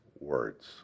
words